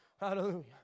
Hallelujah